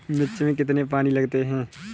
मिर्च में कितने पानी लगते हैं?